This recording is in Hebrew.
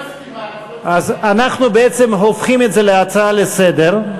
אנחנו בעצם הופכים את זה להצעה לסדר-היום,